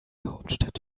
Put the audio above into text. hauptstadt